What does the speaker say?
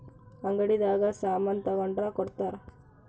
ಅಂಗಡಿ ದಾಗ ಸಾಮನ್ ತಗೊಂಡ್ರ ಕೊಡ್ತಾರ